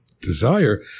desire